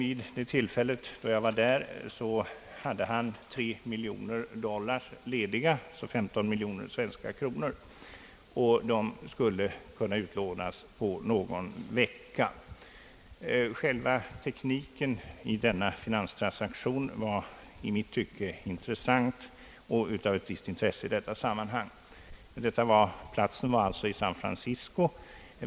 Vid det tillfället då jag var där hade han 3 miljoner dollar lediga, alltså 15 miljoner svenska kronor, som skulle kunna utlånas på någon vecka. Själva tekniken i denna finanstransaktion var i mitt tycke intressant. Platsen var San Francisco.